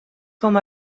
com